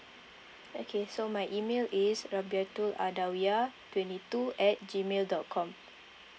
okay so my email is twenty two at G mail dot com